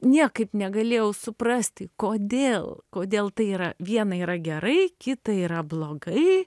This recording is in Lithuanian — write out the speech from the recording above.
niekaip negalėjau suprasti kodėl kodėl tai yra viena yra gerai kita yra blogai